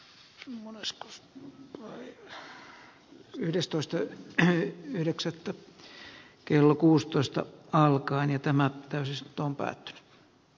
kk murskaus oyn yhdestoista yhdeksättä kello kuusitoista alkaen ja tämä toisi sato on päättynyt